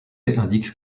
indique